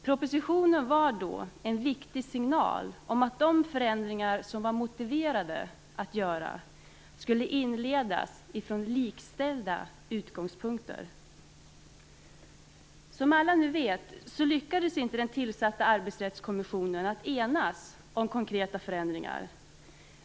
Propositionen var då en viktig signal om att de förändringar som var motiverade att göra skulle inledas från likställda utgångspunkter. Som alla nu vet lyckades inte den tillsatta Arbetsrättskommissionen enas om konkreta förändringar.